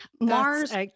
Mars